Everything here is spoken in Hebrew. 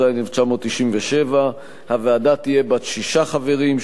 התשנ"ז 1997. הוועדה תהיה בת שישה חברים,